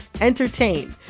entertain